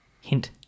Hint